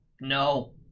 No